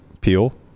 Peel